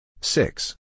Six